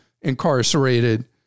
incarcerated